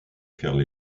faire